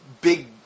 big